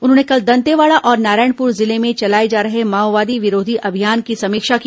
उन्होंने कल दंतेवाड़ा और नारायणपुर जिले में चलाए जा रहे माओवादी विरोधी अभियान की समीक्षा की